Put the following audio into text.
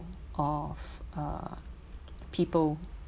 of uh people